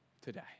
today